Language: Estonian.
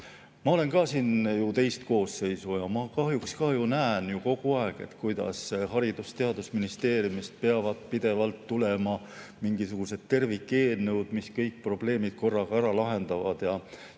ma olen ka siin ju teist koosseisu ja ma kahjuks [kuulen] kogu aeg, kuidas Haridus- ja Teadusministeeriumist pidavat pidevalt tulema mingisugused tervikeelnõud, mis kõik probleemid korraga ära lahendavad. Sellega